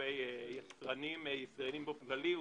כלפי יצרנים ישראליים באופן כללי,